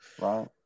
right